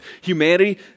Humanity